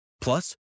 Plus